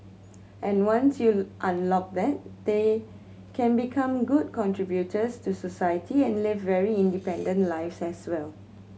and once you unlock that they can become good contributors to society and live very independent lives as well